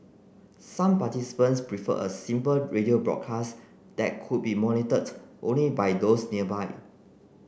some participants preferred a simple radio broadcast that could be monitored only by those nearby